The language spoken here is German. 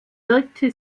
wirkte